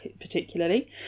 particularly